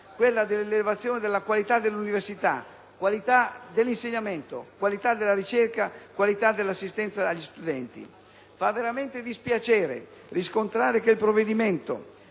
quella dell'elevazione della qualità delle università, qualità dell'insegnamento, qualità della ricerca, qualità dell'assistenza agli studenti. Fa veramente dispiacere riscontrare che il provvedimento,